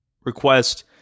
request